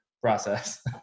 process